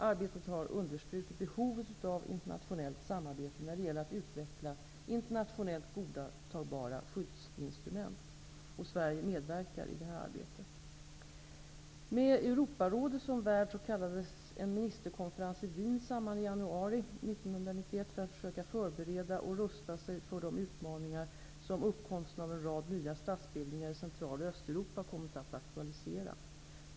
Arbetet har understrukit behovet av internationellt samarbete när det gäller att utveckla internationellt godtagbara skyddsinstrument. Sverige medverkar i detta arbete. Med Europarådet som värd kallades en ministerkonferens i Wien samman i januari 1991 för att försöka förbereda och rusta sig för de utmaningar som uppkomsten av en rad nya statsbildningar i Central och Östeuropa kommit att aktualisera.